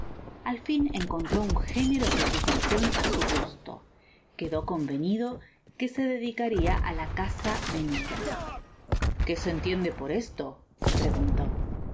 al ün encontró un género de ocupacion á su gusto quedó convenido que se dedicaria á la caza menuda qué se entiende iior esto